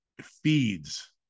feeds